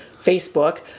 facebook